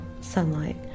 sunlight